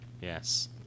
Yes